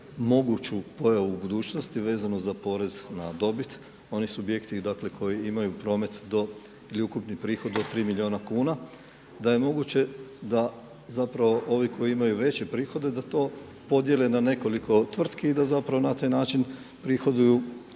moguću pojavu u budućnosti vezano za porez na dobit. Oni subjekti, dakle koji imaju promet do ili ukupni prihod do 3 milijuna kuna da je moguće da zapravo ovi koji imaju veće prihode da to podijele na nekoliko tvrtki i da zapravo na taj način uprihoduju